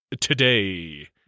today